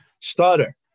stutter